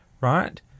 Right